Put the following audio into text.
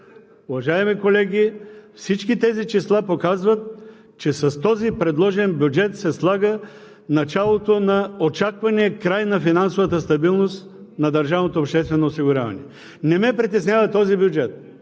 Уважаеми колеги, всички тези числа показват, че с този предложен бюджет се слага очаквания край на финансовата стабилност на държавното обществено осигуряване. Не ме притеснява този бюджет,